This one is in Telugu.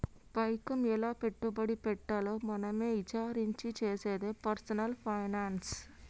పైకం ఎలా పెట్టుబడి పెట్టాలో మనమే ఇచారించి చేసేదే పర్సనల్ ఫైనాన్స్